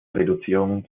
reduzierung